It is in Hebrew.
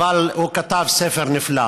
אבל הוא כתב ספר נפלא,